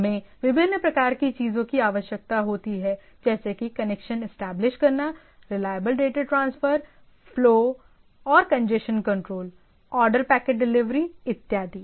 हमें विभिन्न प्रकार की चीजों की आवश्यकता होती है जैसे कि कनेक्शन एस्टेब्लिश करना रिलायबल डेटा ट्रांसफर फ्लो और congestion control order packet delivery इत्यादि